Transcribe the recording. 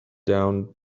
down